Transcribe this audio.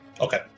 Okay